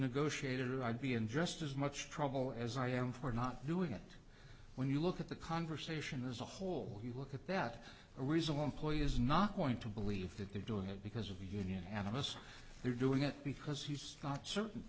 negotiated i'd be in just as much trouble as i am for not doing it when you look at the conversation as a whole you look at that a reasonable employee is not going to believe that they're doing it because of union animists they're doing it because he's not certain